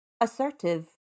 assertive